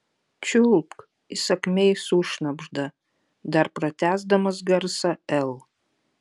čiulpk įsakmiai sušnabžda dar patęsdamas garsą l